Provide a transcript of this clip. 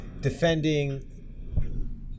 defending